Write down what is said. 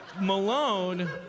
Malone